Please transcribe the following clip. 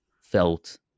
felt